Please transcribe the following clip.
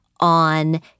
on